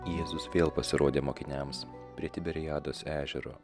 jėzus vėl pasirodė mokiniams prie tiberiados ežero